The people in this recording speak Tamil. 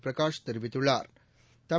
பிரகாஷ் தெிவித்துள்ளாா்